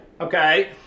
Okay